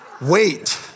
wait